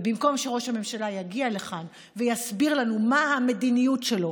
ובמקום שראש הממשלה יגיע לכאן ויסביר לנו מה המדיניות שלו,